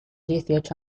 dieciocho